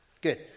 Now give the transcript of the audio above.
Good